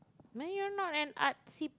man you're not an artsy